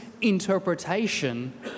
interpretation